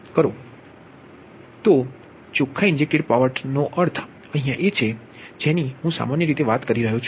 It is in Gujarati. તો ચોખ્ખા ઇન્જેક્ટેડ પાવરનો અર્થ એ છે કે જે ની અહીયા હું સામાન્ય રીતે વાત કરી રહ્યો છું